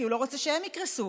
כי הוא לא רוצה שהם יקרסו.